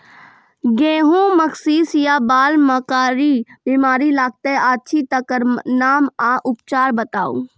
गेहूँमक शीश या बाल म कारी बीमारी लागतै अछि तकर नाम आ उपचार बताउ?